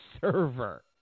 server